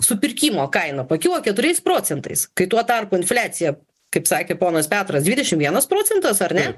supirkimo kaina pakilo keturiais procentais kai tuo tarpu infliacija kaip sakė ponas petras dvidešim vienas procentas ar ne